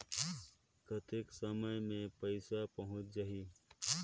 कतेक समय मे पइसा पहुंच जाही?